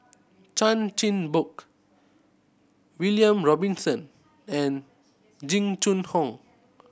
Chan Chin Bock William Robinson and Jing Jun Hong